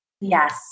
Yes